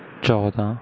ਚੌਦ੍ਹਾਂ